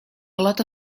lot